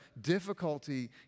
difficulty